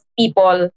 people